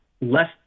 less